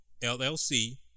LLC